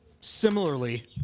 similarly